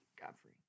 Godfrey